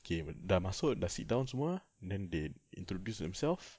okay dah masuk dah sit down semua then they introduce themselves